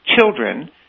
children